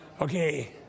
Okay